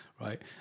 right